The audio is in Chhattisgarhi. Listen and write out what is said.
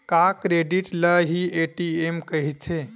का क्रेडिट ल हि ए.टी.एम कहिथे?